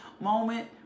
moment